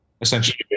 essentially